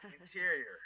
Interior